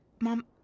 Mom